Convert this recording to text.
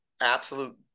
absolute